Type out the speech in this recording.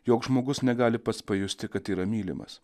joks žmogus negali pats pajusti kad yra mylimas